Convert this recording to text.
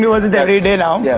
you know it it every day now. yeah,